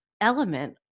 element